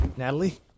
Natalie